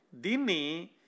Dini